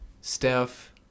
Steph